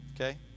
okay